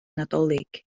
nadolig